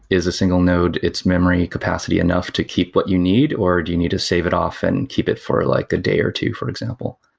is a single node, its memory capacity enough to keep what you need, or do you need to save it off and keep it for like a day or two, for example?